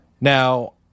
Now